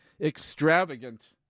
extravagant